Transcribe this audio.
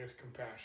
compassion